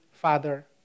father